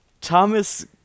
Thomas